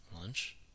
Lunch